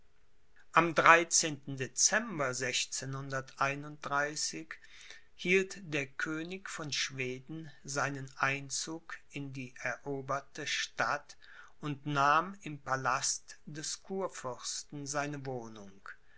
am hielt der könig von schweden seinen einzug in die eroberte stadt und nahm im palast des kurfürsten seine wohnung